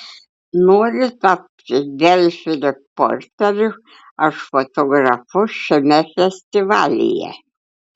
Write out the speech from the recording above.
nori tapti delfi reporteriu ar fotografu šiame festivalyje